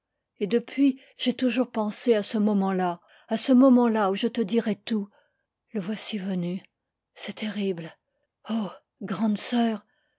et depuis j'ai toujours pensé à ce moment-là à ce moment-là où je te dirais tout le voici venu c'est terrible oh grande sœur